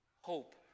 Hope